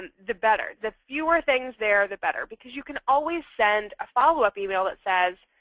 and the better. the fewer things there, the better, because you can always send a follow up email that says,